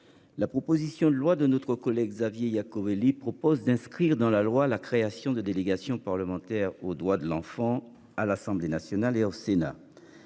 La proposition de loi de notre collègue Xavier Iacovelli propose d'inscrire dans la loi la création de délégation parlementaire aux droits de l'enfant à l'Assemblée nationale et au Sénat.